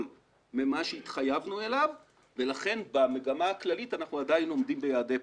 מזה שהתחייבנו אלי ולכן במגמה הכללית אנחנו עדיין עומדים ביעדי פריס.